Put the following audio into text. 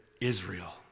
Israel